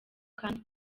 kandi